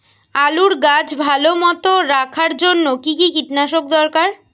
আলুর গাছ ভালো মতো রাখার জন্য কী কী কীটনাশক দরকার?